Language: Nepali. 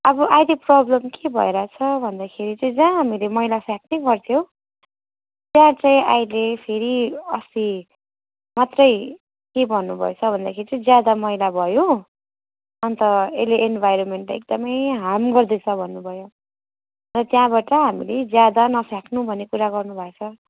अब अहिले प्रोब्लम के भइरहेछ भन्दाखेरि चाहिँ जहाँ हामीले मैला फ्याँक्ने गर्थ्यौँ त्यहाँ चाहिँ अहिले फेरि अस्ति मात्रै के भन्नुभएछ भन्दाखेरि ज्यादा मैला भयो अनि त यसले इन्भाइरोन्मेन्टलाई एकदमै हार्म गर्दैछ भन्नुभयो र त्यहाँबाट हामीले ज्यादा नफ्याँक्नु भन्ने कुरा गर्नुभएछ